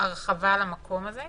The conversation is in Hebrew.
הרחבה למקום הזה.